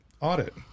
audit